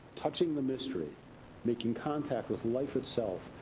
touching the mystery making contact with life, itself.